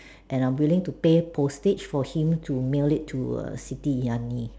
and I'm willing to pay postage for him to mail it to err Siti-Yani